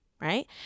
Right